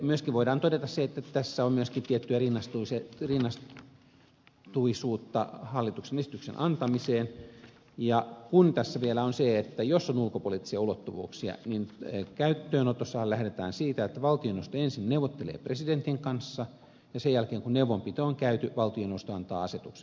myöskin voidaan todeta se että tässä on myöskin tiettyä rinnasteisuutta hallituksen esityksen antamiseen ja tässä on vielä se että jos on ulkopoliittisia ulottuvuuksia niin käyttöönotossahan lähdetään siitä että valtioneuvosto ensin neuvottelee presidentin kanssa ja sen jälkeen kun neuvonpito on käyty valtioneuvosto antaa asetuksen